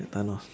the thanos